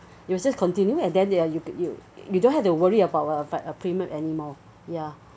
you will just continue and then they're you you you don't have to worry about uh premium anymore ya